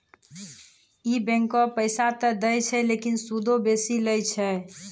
इ बैंकें पैसा त दै छै लेकिन सूदो बेसी लै छै